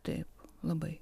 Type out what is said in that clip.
taip labai